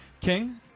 King